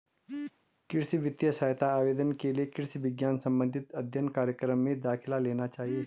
कृषि वित्तीय सहायता आवेदन के लिए कृषि विज्ञान संबंधित अध्ययन कार्यक्रम में दाखिला लेना चाहिए